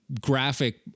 graphic